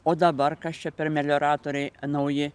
o dabar kas čia per melioratoriai nauji